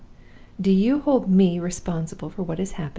do you hold me responsible for what has happened